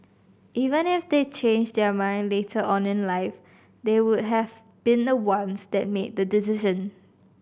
even if they change their mind later on in life they would have been the ones that made the decision